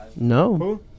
No